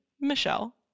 Michelle